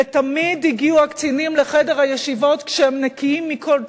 ותמיד הגיעו הקצינים לחדר הישיבות כשהם נקיים מכל תלות,